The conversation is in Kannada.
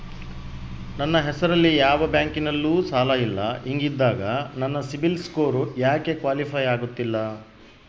ನನ್ನ ಹೆಸರಲ್ಲಿ ಯಾವ ಬ್ಯಾಂಕಿನಲ್ಲೂ ಸಾಲ ಇಲ್ಲ ಹಿಂಗಿದ್ದಾಗ ನನ್ನ ಸಿಬಿಲ್ ಸ್ಕೋರ್ ಯಾಕೆ ಕ್ವಾಲಿಫೈ ಆಗುತ್ತಿಲ್ಲ?